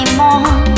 more